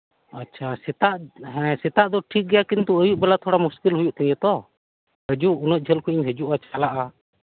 ᱟᱪᱪᱷᱟ ᱥᱮᱛᱟᱜ ᱦᱮᱸ ᱥᱮᱛᱟᱜ ᱫᱚ ᱴᱷᱤᱠᱜᱮᱭᱟ ᱠᱤᱱᱛᱩ ᱟᱹᱭᱩᱵ ᱵᱮᱞᱟ ᱢᱩᱥᱠᱤᱞ ᱦᱩᱭᱩᱜ ᱛᱤᱧᱟᱹ ᱛᱚ ᱦᱟᱹᱡᱩᱜ ᱩᱱᱟᱹᱜ ᱡᱷᱟᱹᱞ ᱠᱷᱚᱱᱤᱧ ᱦᱤᱡᱩᱜᱼᱟ ᱪᱟᱞᱟᱜᱼᱟ